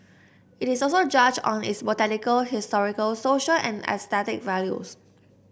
it is also judged on its botanical historical social and aesthetic values